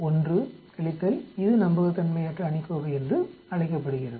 1 இது நம்பகத்தன்மையற்ற அணிக்கோவை என்று அழைக்கப்படுகிறது